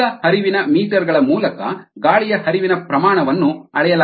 ಅನಿಲ ಹರಿವಿನ ಮೀಟರ್ ಗಳ ಮೂಲಕ ಗಾಳಿಯ ಹರಿವಿನ ಪ್ರಮಾಣವನ್ನು ಅಳೆಯಲಾಗುತ್ತದೆ